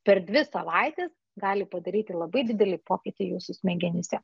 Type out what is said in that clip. per dvi savaites gali padaryti labai didelį pokytį jūsų smegenyse